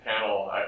Panel